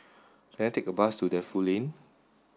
can I take a bus to Defu Lane